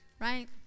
Right